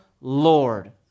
Lord